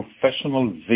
professional